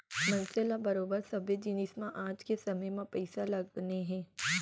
मनसे ल बरोबर सबे जिनिस म आज के समे म पइसा लगने हे